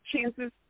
chances